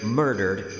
murdered